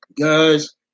Guys